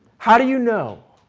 how do you know